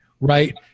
right